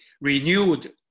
renewed